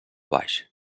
baix